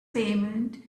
payment